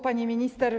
Pani Minister!